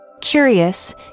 Curious